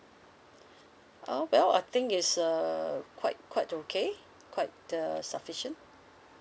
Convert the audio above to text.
ah well I think is a quite quite okay quite uh sufficient